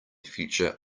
future